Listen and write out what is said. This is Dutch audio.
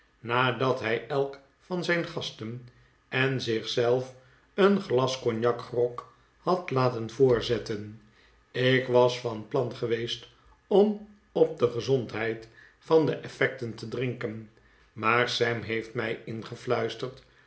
nadat hij elk van zijn gasten en zich zelf een glas cognacgrog had laten voorzetten ik was van plan geweest om op de gezondheid van de effecten te drinken maar sam heeft mij ingefluisterd